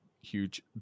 huge